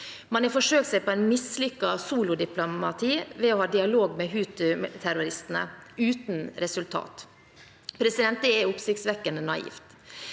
Man har forsøkt seg på et mislykket solodiplomati ved å ha dialog med Houthiterroristene – uten resultat. Det er oppsiktsvekkende naivt.